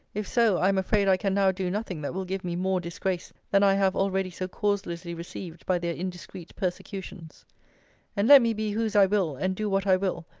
if so, i am afraid i can now do nothing that will give me more disgrace than i have already so causelessly received by their indiscreet persecutions and let me be whose i will, and do what i will,